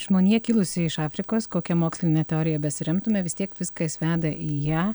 žmonija kilusi iš afrikos kokia moksline teorija besiremtume vis tiek viskas veda į ją